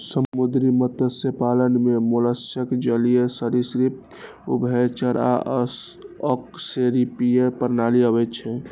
समुद्री मत्स्य पालन मे मोलस्क, जलीय सरिसृप, उभयचर आ अकशेरुकीय प्राणी आबै छै